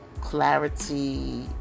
clarity